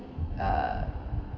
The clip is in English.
uh